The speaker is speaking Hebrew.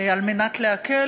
כדי להקל.